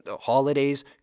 holidays